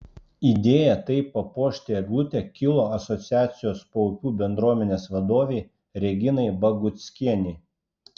idėja taip papuošti eglutę kilo asociacijos paupių bendruomenės vadovei reginai baguckienei